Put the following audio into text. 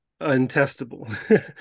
untestable